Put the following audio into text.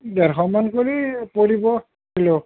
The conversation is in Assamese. ডেৰশমান কৰি পৰিব কিলো